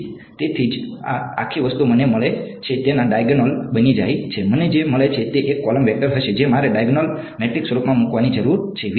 તેથી તેથી જ આ આખી વસ્તુ મને જે મળે છે તેના ડાયગોનલ બની જાય છે મને જે મળે છે તે એક કોલમ વેક્ટર હશે જે મારે ડાયગોનલ મેટ્રિક્સ સ્વરૂપમાં મૂકવાની જરૂર છે